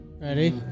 Ready